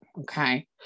okay